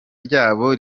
ryabo